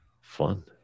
fun